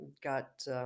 got